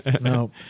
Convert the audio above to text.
no